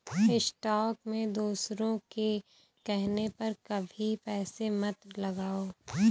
stock में दूसरों के कहने पर कभी पैसे मत लगाओ